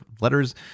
letters